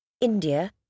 India